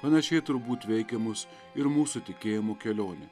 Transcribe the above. panašiai turbūt veikia mus ir mūsų tikėjimo kelionė